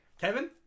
Kevin